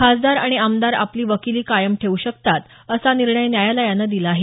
खासदार आणि आमदार आपली वकीली कायम ठेऊ शकतात असा निर्णय न्यायालयानं दिला आहे